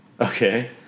Okay